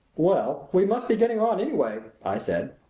well, we must be getting on, anyway, i said.